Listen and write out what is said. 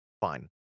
fine